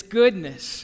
goodness